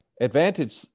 advantage